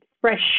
fresh